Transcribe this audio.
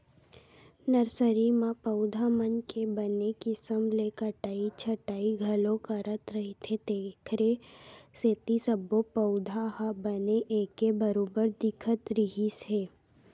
nursery म पउधा मन के बने किसम ले कटई छटई घलो करत रहिथे तेखरे सेती सब्बो पउधा ह बने एके बरोबर दिखत रिहिस हे